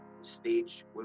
stage